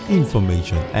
information